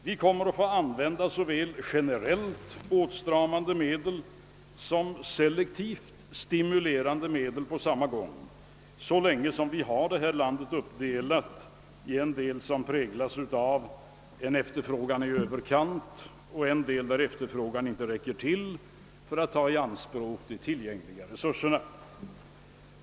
Vi kommer att få använda såväl generellt åtstramande medel som selektivt stimulerande medel på samma gång, så länge efterfrågan ökar i en del av landet, medan i en annan del av landet efterfrågan inte räcker till för att ta i anspråk de tillgängliga resurserna.